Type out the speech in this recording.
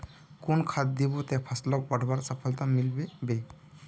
कुन खाद दिबो ते फसलोक बढ़वार सफलता मिलबे बे?